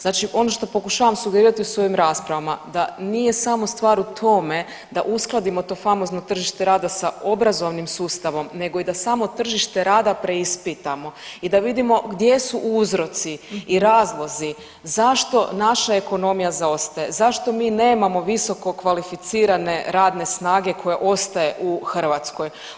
Znači ono što pokušavam sugerirati u svojim raspravama da nije samo stvar u tome da uskladimo to famozno tržište rada sa obrazovnim sustavom, nego i da samo tržište rada preispitamo i da vidimo gdje su uzroci i razlozi zašto naša ekonomija zaostaje, zašto mi nemamo visoko kvalificirane radne snage koja ostaje u Hrvatskoj?